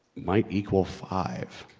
might equal five